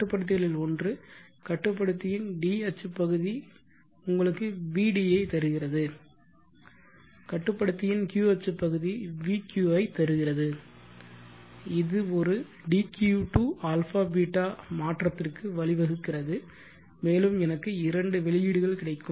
கட்டுப்படுத்திகளில் ஒன்று கட்டுப்படுத்தியின் d அச்சு பகுதி உங்களுக்கு vd ஐ தருகிறது கட்டுப்படுத்தியின் q அச்சு பகுதி vq ஐ தருகிறது இது ஒரு dq to α β மாற்றத்திற்கு வழிவகுக்கிறது மேலும் எனக்கு இரண்டு வெளியீடுகள் கிடைக்கும்